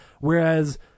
Whereas